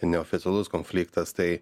neoficialus konfliktas tai